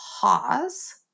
pause